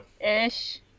Ish